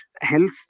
Health